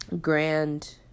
grand